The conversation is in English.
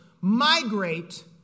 migrate